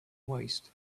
waist